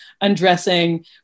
undressing